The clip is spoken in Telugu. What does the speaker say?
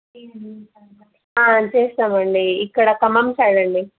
అంతే ఇస్తామండి ఇక్కడ ఖమ్మం సైడ్ అండి